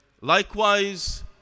Likewise